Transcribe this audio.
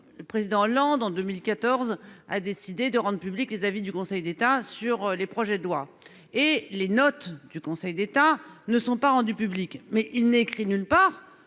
Le président Hollande en 2014, a décidé de rendre publics les avis du Conseil d'État sur les projets de loi et les notes du Conseil d'État ne sont pas rendues publiques mais il n'est écrit nulle part